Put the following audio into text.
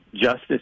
justice